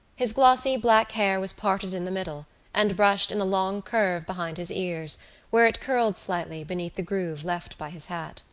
his glossy black hair was parted in the middle and brushed in a long curve behind his ears where it curled slightly beneath the groove left by his hat